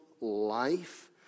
life